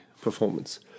performance